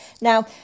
Now